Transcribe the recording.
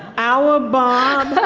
our bob,